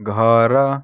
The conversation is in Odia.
ଘର